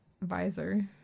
visor